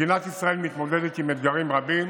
מדינת ישראל מתמודדת עם אתגרים רבים,